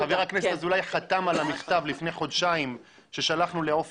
חבר הכנסת אזולאי חתם על המכתב ששלחנו לעפר